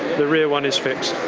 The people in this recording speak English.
the rear one is fixed.